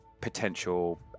potential